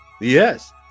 Yes